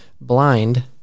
blind